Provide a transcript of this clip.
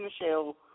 Michelle